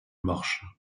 marche